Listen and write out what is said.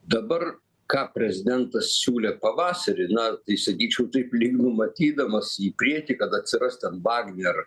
dabar ką prezidentas siūlė pavasarį na tai sakyčiau taip lyg numatydamas į priekį kad atsiras ten vagner